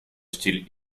style